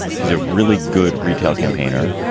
she's a really good retail campaigner.